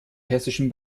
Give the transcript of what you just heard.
hessischen